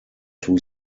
two